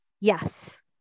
Yes